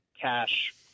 cash